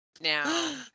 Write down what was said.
Now